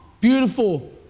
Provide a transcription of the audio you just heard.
beautiful